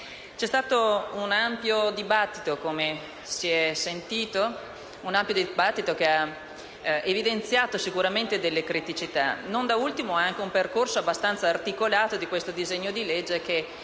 C'è stato un ampio dibattito, che ha evidenziato sicuramente delle criticità. Non da ultimo, c'è stato un percorso abbastanza articolato di questo disegno di legge,